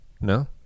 No